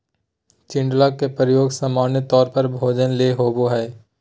चिचिण्डा के प्रयोग सामान्य तौर पर भोजन ले होबो हइ